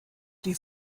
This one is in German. die